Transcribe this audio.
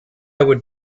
would